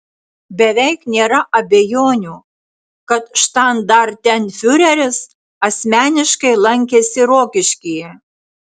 beveik nėra abejonių kad štandartenfiureris asmeniškai lankėsi rokiškyje